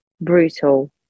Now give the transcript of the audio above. brutal